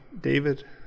David